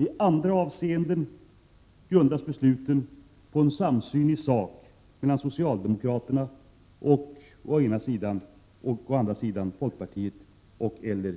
I andra avseenden grundas beslut på en samsyn i sak mellan å ena sidan socialdemokraterna och å andra sidan folkpartiet och/eller